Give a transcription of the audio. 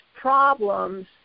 problems